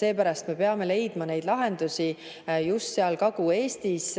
Seepärast me peame leidma lahenduse just seal Kagu-Eestis,